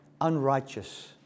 unrighteous